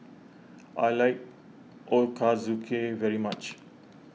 I like Ochazuke very much